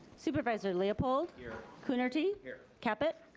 supervisor leopold. here. coonerty. here. caput.